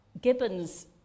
Gibbons